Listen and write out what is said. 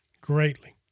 greatly